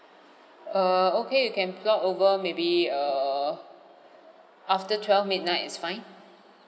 err okay you can plot over maybe err after twelve midnight is fine